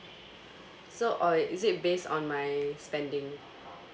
so or is it based on my spending